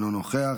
אינו נוכח,